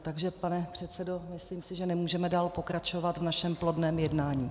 Takže pane předsedo, myslím si, že nemůžeme dál pokračovat v našem plodném jednání.